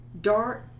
dark